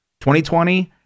2020